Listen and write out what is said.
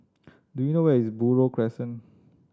do you know where is Buroh Crescent